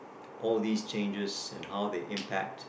all these changes and how they impact